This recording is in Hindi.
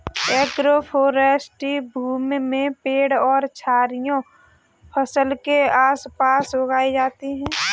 एग्रोफ़ोरेस्टी भूमि में पेड़ और झाड़ियाँ फसल के आस पास उगाई जाते है